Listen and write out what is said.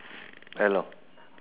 hello